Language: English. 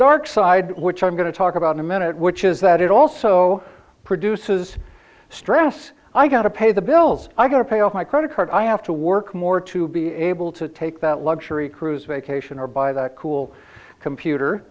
dark side which i'm going to talk about a minute which is that it also produces stress i gotta pay the bills i've got to pay off my credit card i have to work more to be able to take that luxury cruise vacation or buy that cool computer